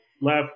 left